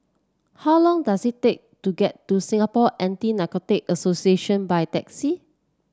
how long does it take to get to Singapore Anti Narcotics Association by taxi